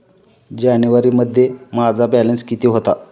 जानेवारीमध्ये माझा बॅलन्स किती होता?